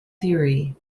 theory